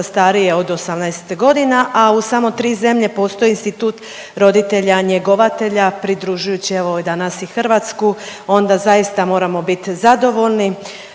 starije od 18 godina, a u samo 3 zemlje postoji institut roditelja njegovatelja pridružujući evo danas i Hrvatsku, onda zaista moramo biti zadovoljni